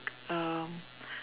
um